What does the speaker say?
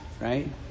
Right